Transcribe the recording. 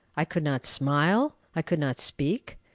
i could not smile, i could not speak.